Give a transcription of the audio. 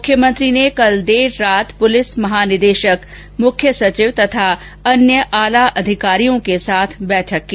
मुख्यमंत्री ने कल दरे रात पुलिस महानिदेशक मुख्य सचिव तथा अन्य आला अधिकारियों के साथ बैठक की